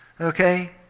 okay